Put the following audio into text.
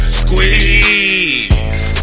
squeeze